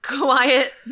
quiet